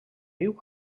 viu